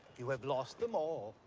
you have lost them all.